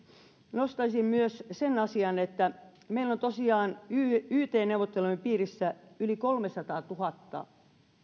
nostaisin myös sen asian että meillä on tosiaan yt neuvottelujen piirissä yli kolmesataatuhatta